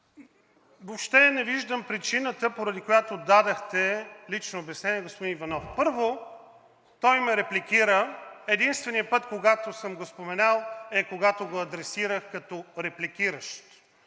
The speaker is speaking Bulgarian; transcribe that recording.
Въобще не виждам причината, поради която дадохте лично обяснение на господин Иванов. Първо, той ме репликира. Единственият път, когато съм го споменал е, когато го адресирах като репликиращ.